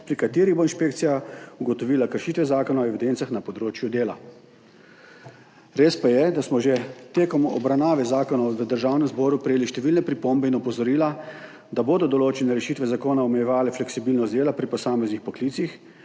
pri katerih bo inšpekcija ugotovila kršitve Zakona o evidencah na področju dela. Res pa je, da smo že tekom obravnave zakona v Državnem zboru prejeli številne pripombe in opozorila, da bodo določene rešitve zakona omejevale fleksibilnost dela pri posameznih poklicih,